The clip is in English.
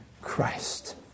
Christ